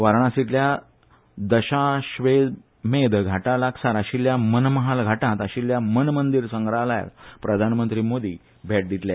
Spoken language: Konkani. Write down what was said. वाराणसींतल्या दशाखमेध घाट लागसार आशिल्ल्या मन महाल घाटात आशिल्ल्या मन मंदीर संग्रहालयाक प्रधानमंत्री मोदी भेट दितले